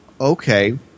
okay